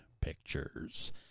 pictures